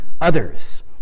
others